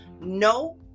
no